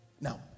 Now